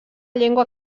llengua